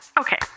Okay